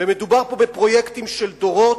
ומדובר פה בפרויקטים של דורות,